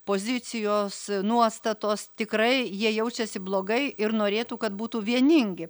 pozicijos nuostatos tikrai jie jaučiasi blogai ir norėtų kad būtų vieningi